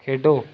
ਖੇਡੋ